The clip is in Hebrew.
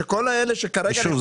שכל אחד שכרגע --- שוב,